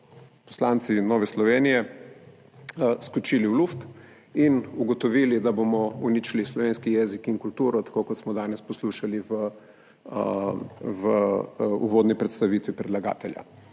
poslanci Nove Slovenije skočili v zrak in ugotovili, da bomo uničili slovenski jezik in kulturo, tako kot smo danes poslušali v uvodni predstavitvi predlagatelja.